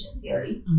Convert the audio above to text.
theory